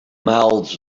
mouths